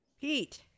Pete